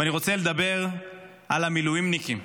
ואני רוצה לדבר על המילואימניקים.